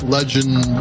Legend